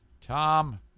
Tom